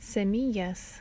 Semillas